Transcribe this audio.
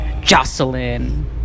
jocelyn